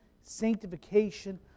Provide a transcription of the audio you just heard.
sanctification